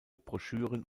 broschüren